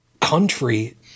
country